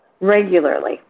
regularly